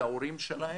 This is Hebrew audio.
להורים שלהם,